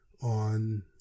on